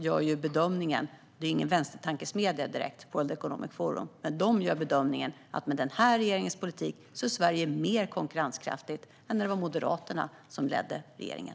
World Economic Forum är ingen vänstertankesmedja direkt, men de gör bedömningen att med den här regeringens politik är Sverige mer konkurrenskraftigt än när det var Moderaterna som ledde regeringen.